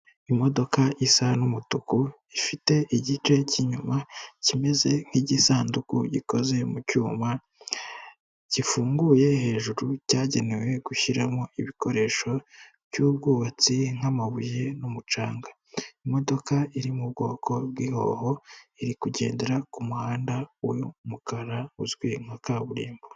Imodoka isa n'umutuku ifite igice cy'inyuma kimeze nk'igisanduku gikoze mu cyuma, gifunguye hejuru cyagenewe gushyiramo ibikoresho by'ubwubatsi nk'amabuye n'umucanga. Imodoka iri mu bwoko bw'ihoho iri kugendera ku muhanda w'umukara uzwi nka kaburimbo.